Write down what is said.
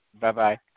Bye-bye